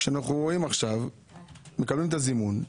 אנחנו מקבלים את הזימון,